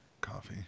Coffee